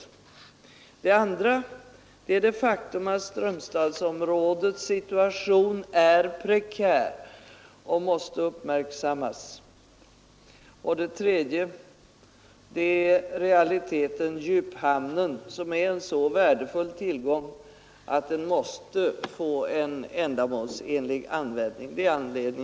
För det andra är det ett faktum att Strömstadsområdets situation är prekär och måste uppmärksammas. För det tredje är djuphamnen en så värdefull tillgång att den måste få en ändamålsenlig användning,